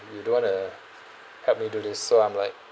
you don't want to help me do this so I'm like